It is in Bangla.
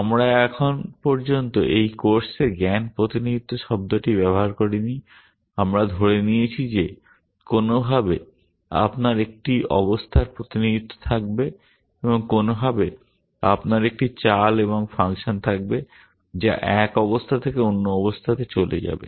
আমরা এখন পর্যন্ত এই কোর্সে জ্ঞান প্রতিনিধিত্ব শব্দটি ব্যবহার করিনি আমরা ধরে নিয়েছি যে কোনওভাবে আপনার একটি অবস্থার প্রতিনিধিত্ব থাকবে এবং কোনওভাবে আপনার একটি চাল এবং ফাংশন থাকবে যা এক অবস্থা থেকে অন্য অবস্থাতে চলে যাবে